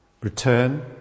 return